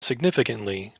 significantly